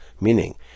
meaning